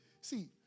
see